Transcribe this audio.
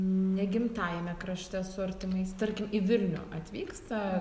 ne gimtajame krašte su artimais tarkim į vilnių atvyksta